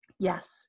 Yes